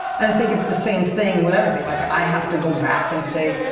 and i think it's the same thing with everything. like, i have to go back and say,